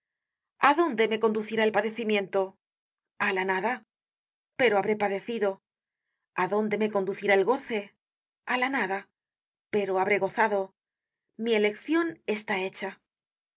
a dónde me conducirá el padecimiento a la nada pero habré padecido a dónde me conducirá el goce a la nada pero habré gozado mi eleccion está hecha es